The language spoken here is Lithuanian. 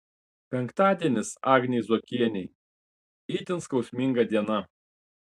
penktadienis agnei zuokienei itin skausminga diena